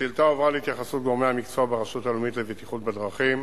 השאילתא הועברה להתייחסות גורמי המקצוע ברשות הלאומית לבטיחות בדרכים